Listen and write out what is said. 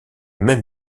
même